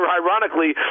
ironically